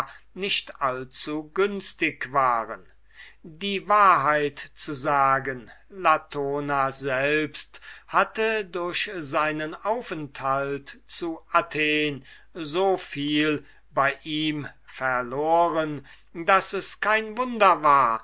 nicht allzugünstig waren die wahrheit zu sagen latona selbst hatte durch seinen aufenthalt zu athen so viel bei ihm verloren daß es kein wunder war